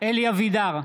אלי אבידר,